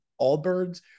Allbirds